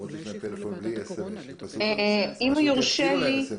במקומות שיש טלפון בלי סמס שיתקינו להם סמס.